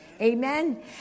Amen